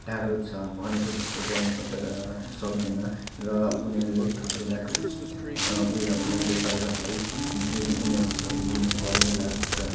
टाढो छ भनेको जस्तो गर्नु सक्दैन सक्दैन र उनीहरूले ठुल्ठुला कृषि उयोहरूलाई व्यापारीहरलाई दिइ उनीहरूको सब्जी दिनु कर नै लाग्छ